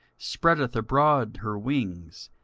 spreadeth abroad her wings,